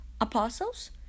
apostles